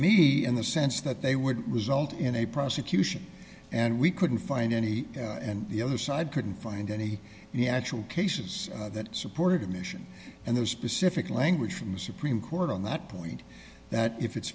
me in the sense that they would result in a prosecution and we couldn't find any and the other side couldn't find any the actual cases that supported admission and the specific language from the supreme court on that point that if it's